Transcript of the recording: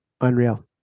Unreal